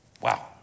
Wow